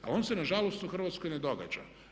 Ali on se na žalost u Hrvatskoj ne događa.